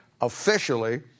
officially